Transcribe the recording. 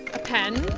a pen.